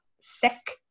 sick